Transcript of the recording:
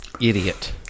idiot